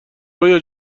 رویا